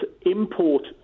import